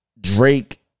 drake